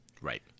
Right